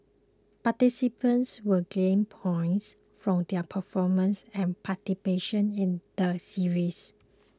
participants will gain points from their performance and participation in the series